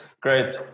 Great